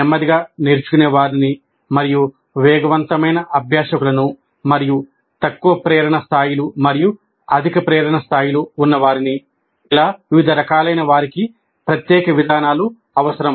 నెమ్మదిగా నేర్చుకునేవారిని మరియు వేగవంతమైన అభ్యాసకులను మరియు తక్కువ ప్రేరణ స్థాయిలు మరియు అధిక ప్రేరణ స్థాయిలు ఉన్నవారిని వివిధ రకాలైన వారికి ప్రత్యేక విధానాలు అవసరం